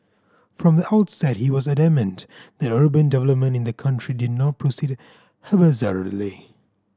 from the outset he was adamant that urban development in the country did not proceed haphazardly